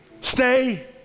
Stay